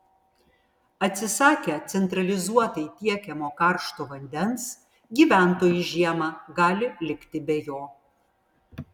atsisakę centralizuotai tiekiamo karšto vandens gyventojai žiemą gali likti be jo